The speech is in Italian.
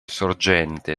sorgente